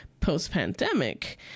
post-pandemic